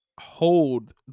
hold